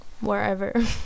wherever